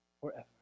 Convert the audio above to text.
forever